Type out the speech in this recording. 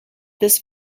this